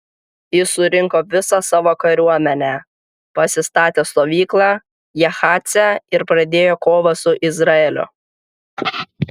jis surinko visą savo kariuomenę pasistatė stovyklą jahace ir pradėjo kovą su izraeliu